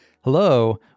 Hello